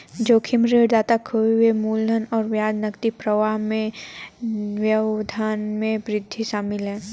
जोखिम ऋणदाता खोए हुए मूलधन और ब्याज नकदी प्रवाह में व्यवधान में वृद्धि शामिल है